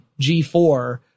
G4